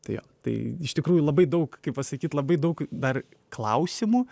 tai jo tai iš tikrųjų labai daug kaip pasakyt labai daug dar klausimų